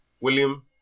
William